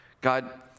God